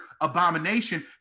abomination